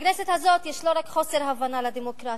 בכנסת הזאת יש לא רק חוסר הבנה של דמוקרטיה,